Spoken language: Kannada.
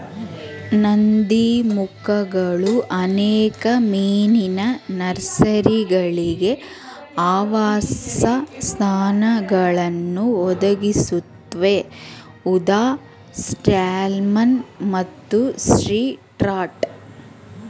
ನದೀಮುಖಗಳು ಅನೇಕ ಮೀನಿನ ನರ್ಸರಿಗಳಿಗೆ ಆವಾಸಸ್ಥಾನಗಳನ್ನು ಒದಗಿಸುತ್ವೆ ಉದಾ ಸ್ಯಾಲ್ಮನ್ ಮತ್ತು ಸೀ ಟ್ರೌಟ್